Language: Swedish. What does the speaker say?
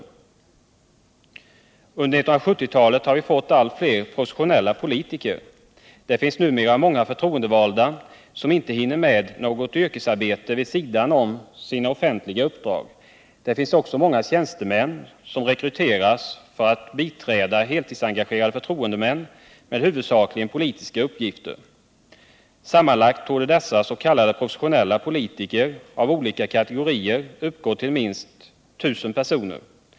Under 1970-talet har vi fått allt fler professionella politiker. Det finns numera många förtroendevalda, som inte hinner med något yrkesarbete vid sidan om sina offentliga uppdrag. Det finns också många tjänstemän som rekryteras för att biträda heltidsengagerade förtroendemän med huvudsakligen politiska uppgifter. Sammanlagt torde dessa s.k. professionella politiker av olika kategorier uppgå till minst 1 000 personer.